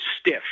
stiff